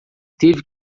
teve